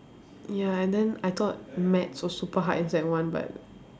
ya and then I thought maths was super hard in sec one but